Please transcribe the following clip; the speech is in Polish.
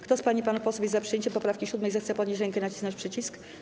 Kto z pań i panów posłów jest za przyjęciem poprawki 7., zechce podnieść rękę i nacisnąć przycisk.